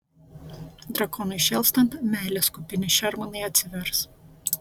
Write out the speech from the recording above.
drakonui šėlstant meilės kupini šermanai atsivers